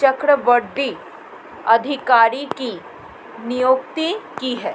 चकबंदी अधिकारी की नियुक्ति की है